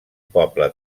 poble